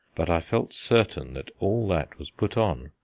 but i felt certain that all that was put on,